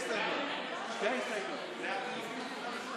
אנחנו היום בתחרות